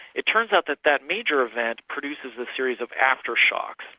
it turns out that that major event produces a series of after-shocks.